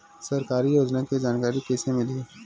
सरकारी योजना के जानकारी कइसे मिलही?